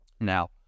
Now